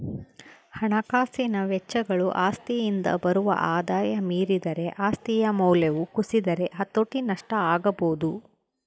ಹಣಕಾಸಿನ ವೆಚ್ಚಗಳು ಆಸ್ತಿಯಿಂದ ಬರುವ ಆದಾಯ ಮೀರಿದರೆ ಆಸ್ತಿಯ ಮೌಲ್ಯವು ಕುಸಿದರೆ ಹತೋಟಿ ನಷ್ಟ ಆಗಬೊದು